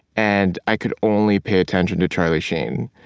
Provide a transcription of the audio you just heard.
and i could only pay attention to charlie sheen.